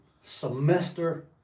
semester